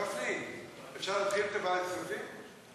גפני, אפשר להתחיל עם ועדת הכספים?